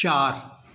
चारि